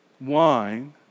wine